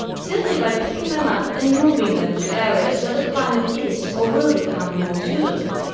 simply by picking them up and moving them to areas where the climate is or will become more suitable.